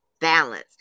balance